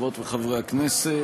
חברות וחברי הכנסת,